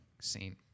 scene